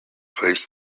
placed